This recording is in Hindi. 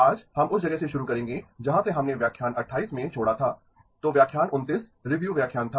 आज हम उस जगह से शुरु करेंगें जहाँ से हमने व्याख्यान 28 में छोड़ा था तो व्याख्यान 29 रीव्यू व्याख्यान था